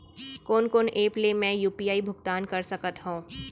कोन कोन एप ले मैं यू.पी.आई भुगतान कर सकत हओं?